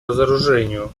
разоружению